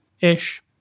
Ish